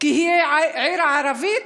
כי היא עיר ערבית?